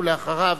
אחריו,